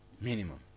minimum